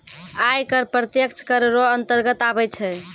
आय कर प्रत्यक्ष कर रो अंतर्गत आबै छै